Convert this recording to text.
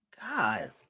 God